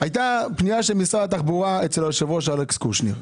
הייתה פנייה של משרד התחבורה אצל היושב-ראש אלכס קושניר.